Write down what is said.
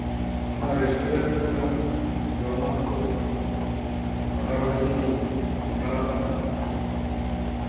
ᱟᱢᱟᱜ ᱨᱮᱥᱴᱩᱨᱮᱱᱴ ᱠᱷᱚᱱᱟᱜ ᱡᱚᱢᱟᱜ ᱠᱚ ᱚᱰᱟᱨ ᱞᱟᱹᱜᱤᱫᱤᱧ ᱜᱚᱴᱟᱣ ᱠᱟᱫᱟ